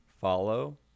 follow